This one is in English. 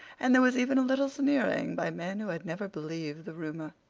and there was even a little sneering by men who had never believed the rumor.